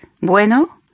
¿Bueno